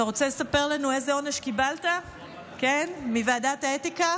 אתה רוצה לספר לנו איזה עונש קיבלת מוועדת האתיקה?